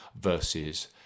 versus